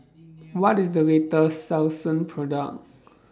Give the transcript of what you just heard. What IS The latest Selsun Product